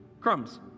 crumbs